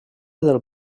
del